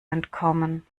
entkommen